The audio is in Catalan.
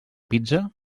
pizza